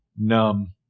numb